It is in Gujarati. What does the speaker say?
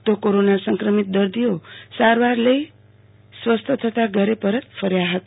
તો કોરોના સંકમિત દર્દાઓ સારવાર લઈ સ્વસ્થ થતા ઘરે પરત કર્યો હતો